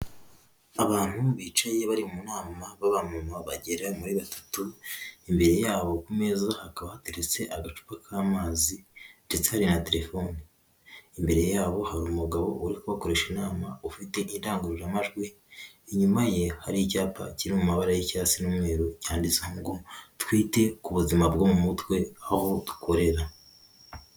Abantu bicaye bari mu nama b'abamama bagera muri batatu, imbere yabo ku meza hakaba hateretse agacupa k'amazi ndetse hari na telefone, imbere yabo hari umugabo uri kubakoresha inama ufite indangururamajwi, inyuma ye hari icyapa kiri mu mabara y'icyatsi n'umweru cyanditse ngo twite ku buzima bwo mu mutwe aho dukorera.